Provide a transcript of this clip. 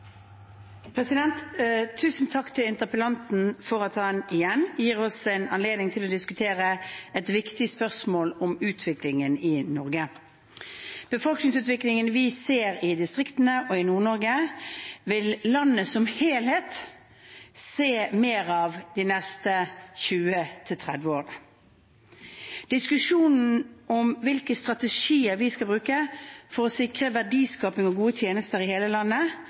perspektiver. Tusen takk til interpellanten for at han igjen gir oss en anledning til å diskutere et viktig spørsmål om utviklingen i Norge. Befolkningsutviklingen vi ser i distriktene og i Nord-Norge, vil landet som helhet se mer av de neste 20–30 årene. Diskusjonen om hvilke strategier vi skal bruke for å sikre verdiskaping og gode tjenester i hele landet,